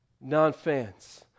non-fans